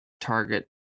target